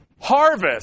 harvest